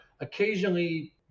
occasionally